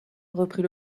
reprit